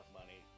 money